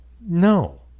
no